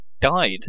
died